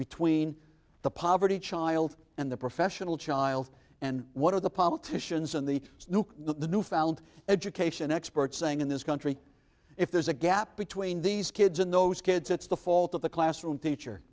between the poverty child and the professional child and what are the politicians in the new found education experts saying in this country if there's a gap between these kids in those kids it's the fault of the classroom teacher